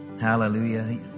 Hallelujah